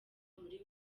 muri